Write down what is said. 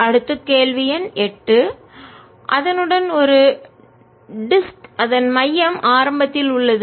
அடுத்த கேள்வி எண் 8 அதனுடன் ஒரு டிஸ்க்வட்டு அதன் மையம் ஆரம்பத்தில் உள்ளது